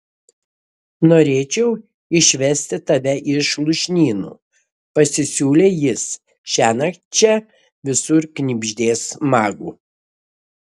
norėčiau išvesti tave iš lūšnynų pasisiūlė jis šiąnakt čia visur knibždės magų